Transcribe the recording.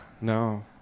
no